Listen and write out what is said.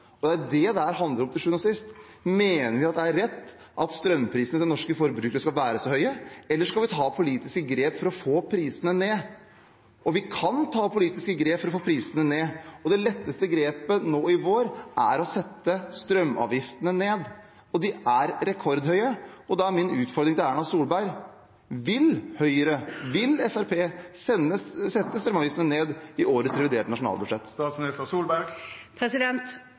Det er det dette handler om til sjuende og sist: Mener vi det er rett at strømprisene til norske forbrukere skal være så høye, eller skal vi ta politiske grep for å få prisene ned? Vi kan ta politiske grep for å få prisene ned. Det letteste grepet nå i vår er å sette strømavgiftene ned – de er rekordhøye. Da er min utfordring til Erna Solberg: Vil Høyre og vil Fremskrittspartiet sette strømavgiftene ned i årets reviderte nasjonalbudsjett?